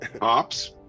Ops